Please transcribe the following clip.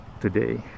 today